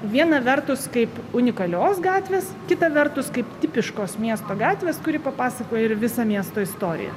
viena vertus kaip unikalios gatvės kita vertus kaip tipiškos miesto gatvės kuri papasakoja ir visą miesto istoriją